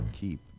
keep